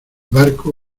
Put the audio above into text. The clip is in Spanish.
barco